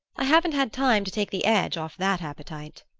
i haven't had time to take the edge off that appetite.